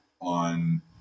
on